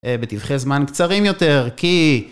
בטווחי זמן קצרים יותר, כי...